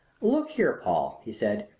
look here, paul, he said,